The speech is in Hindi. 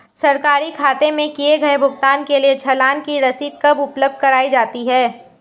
सरकारी खाते में किए गए भुगतान के लिए चालान की रसीद कब उपलब्ध कराईं जाती हैं?